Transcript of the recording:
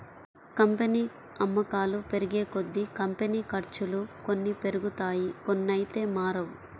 company అమ్మకాలు పెరిగేకొద్దీ, company ఖర్చులు కొన్ని పెరుగుతాయి కొన్నైతే మారవు